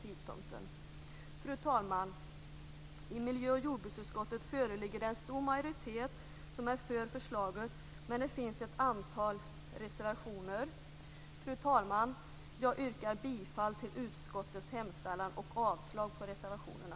I miljö och jordbruksutskottet föreligger en stor majoritet för förslaget, men det finns ett antal reservationer. Jag yrkar bifall till utskottets hemställan och avslag på reservationerna.